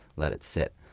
let it sit,